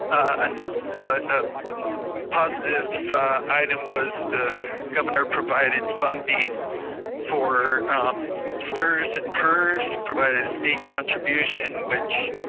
and a positive item was the governor provided funding for strs and pers, provided a state contribution, which